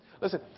Listen